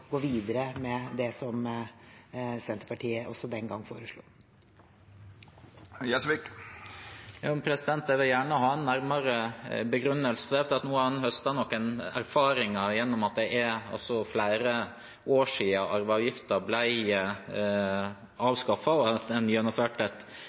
gå videre med det som Senterpartiet også den gang foreslo. Jeg vil gjerne ha en nærmere begrunnelse for det, for nå har en høstet noen erfaringer gjennom at det er flere år